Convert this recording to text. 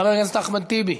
חבר הכנסת אחמד טיבי,